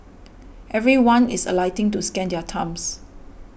everyone is alighting to scan their thumbs